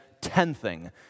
tenthing